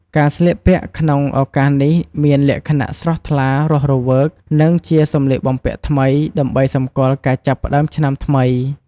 ការស្លៀកពាក់ក្នុងឱកាសនេះមានលក្ខណៈស្រស់ថ្លា រស់រវើក និងជាសម្លៀកបំពាក់ថ្មី ដើម្បីសម្គាល់ការចាប់ផ្តើមឆ្នាំថ្មី។